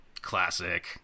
Classic